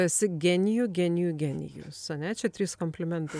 esi genijų genijų genijus ane čia trys komplimentai